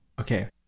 Okay